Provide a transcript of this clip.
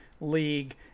league